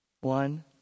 One